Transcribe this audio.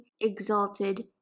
exalted